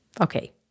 Okay